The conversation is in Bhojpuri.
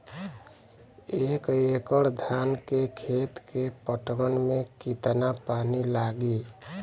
एक एकड़ धान के खेत के पटवन मे कितना पानी लागि?